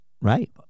right